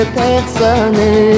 personne